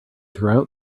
throughout